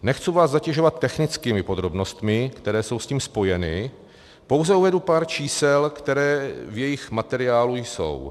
Nechci vás zatěžovat technickými podrobnostmi, které jsou s tím spojeny, pouze uvedu pár čísel, která v jejich materiálu jsou.